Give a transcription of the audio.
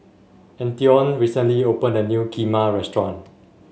Antione recently opened a new Kheema restaurant